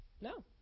No